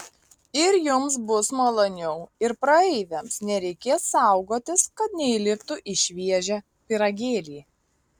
ir jums bus maloniau ir praeiviams nereikės saugotis kad neįliptų į šviežią pyragėlį